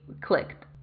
clicked